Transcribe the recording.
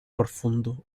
profundo